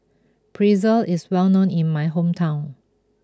Pretzel is well known in my hometown